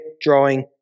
drawing